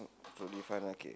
probably five decade